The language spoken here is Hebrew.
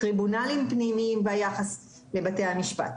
טריבונלים פנימיים ביחס לבתי המשפט.